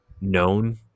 known